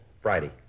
Friday